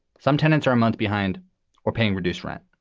some tenants are a month behind or paying reduced rent.